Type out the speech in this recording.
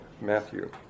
Matthew